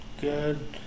good